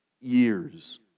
years